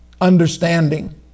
understanding